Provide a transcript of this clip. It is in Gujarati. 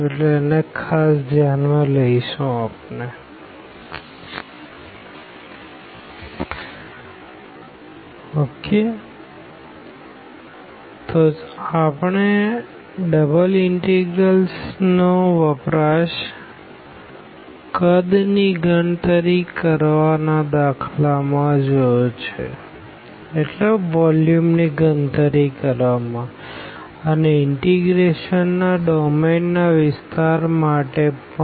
તો આપણે ડબલ ઇનટેગ્રલ્સ નો વપરાશ વોલ્યુમ ની ગણતરી કરવાના દાખલા માં જોયો જ છેઅને ઇનટીગ્રેશન ના ડોમેન ના વિસ્તાર માટે પણ